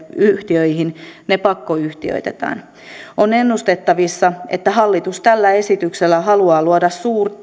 yhtiöihin ne pakkoyhtiöitetään on ennustettavissa että hallitus tällä esityksellä haluaa luoda